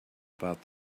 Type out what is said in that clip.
about